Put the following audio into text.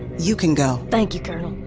you can go thank you, colonel.